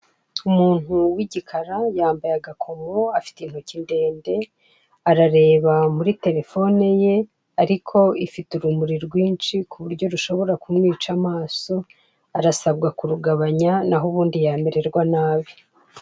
Umuntu w'igikara yambaye agakomo, afite intoki ndende, arareba muri telefone ye ariko ifite urumuri rwinshi kuburyo rushobora kumwica amaso arasabwa kurugabanya naho ubundi yamererwa nabi.